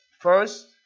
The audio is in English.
First